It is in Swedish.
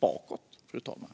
bakåt, fru talman.